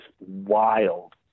wild